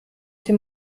dem